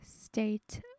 state